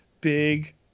Big